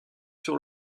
sur